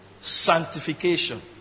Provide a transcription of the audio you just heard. sanctification